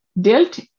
dealt